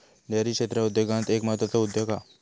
dairy क्षेत्र उद्योगांत एक म्हत्त्वाचो उद्योग हा